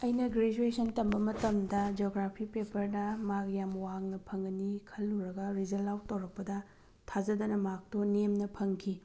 ꯑꯩꯅ ꯒ꯭ꯔꯦꯖꯨꯌꯦꯁꯟ ꯇꯝꯕ ꯃꯇꯝꯗ ꯖꯤꯑꯣꯒ꯭ꯔꯥꯐꯤ ꯄꯦꯄꯔꯗ ꯃꯥꯔꯛ ꯋꯥꯡꯅ ꯐꯪꯒꯅꯤ ꯈꯜꯂꯨꯔꯒ ꯔꯤꯖꯜ ꯑꯥꯎꯠ ꯇꯧꯔꯛꯄꯗ ꯊꯥꯖꯗꯅ ꯃꯥꯔꯛꯇꯣ ꯅꯦꯝꯅ ꯐꯡꯈꯤ